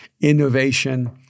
innovation